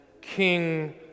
King